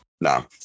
No